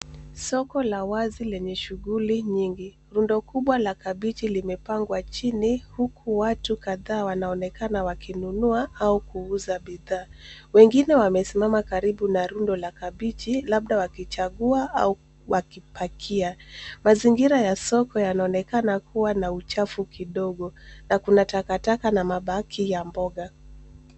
Soko la wazi lenye shughuli nyingi. Rundo kubwa la kabichi limepangwa chini huku watu kadhaa wanaonekana wakinunua au kuuza bidhaa. Wengine wamesimama karibu na rundo la kabichi labda wakichagua au wakipakia. Mazingira ya soko yanaonekana kuwa na uchafu kidogo na kuna takataka na mabaki ya mboga.